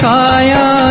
Kaya